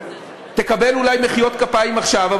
תקבל אולי מחיאות כפיים עכשיו,